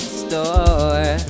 store